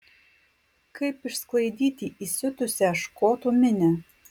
kaip išsklaidyti įsiutusią škotų minią